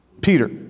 Peter